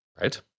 Right